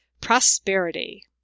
prosperity